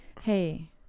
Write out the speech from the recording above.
Hey